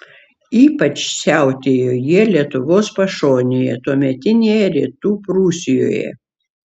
ypač siautėjo jie lietuvos pašonėje tuometinėje rytų prūsijoje